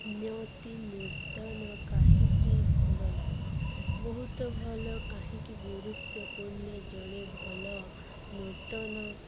ନିତି ନୂର୍ତନ କାହିଁକି ଭଲ ଲାଗେ ବହୁତ ଭଲ କାହିଁକି ଗୁରୁତ୍ୱପୂର୍ଣ୍ଣ ଜଣେ ଭଲ ନୂର୍ତନ